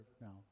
now